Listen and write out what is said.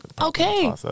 okay